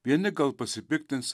vieni gal pasipiktins